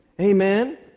amen